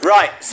Right